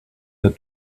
the